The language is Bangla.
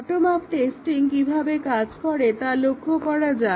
বটম আপ টেস্টিং কিভাবে কাজ করে তা লক্ষ্য করা যাক